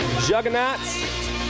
Juggernauts